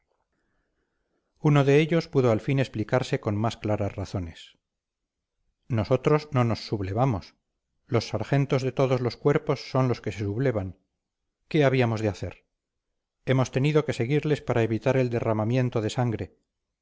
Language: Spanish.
uno de ellos pudo al fin explicarse con más claras razones nosotros no nos sublevamos los sargentos de todos los cuerpos son los que se sublevan qué habíamos de hacer hemos tenido que seguirles para evitar el derramamiento de sangre